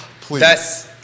please